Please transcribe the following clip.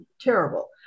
terrible